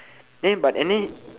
then but and then